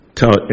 tell